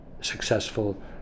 successful